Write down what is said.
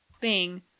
Bing